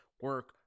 Work